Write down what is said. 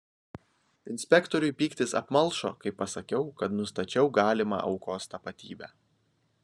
inspektoriui pyktis apmalšo kai pasakiau kad nustačiau galimą aukos tapatybę